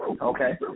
Okay